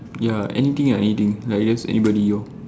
ya anything ah anything like just anybody lor